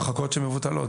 הרחקות שמבוטלות.